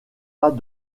pas